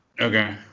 Okay